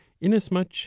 inasmuch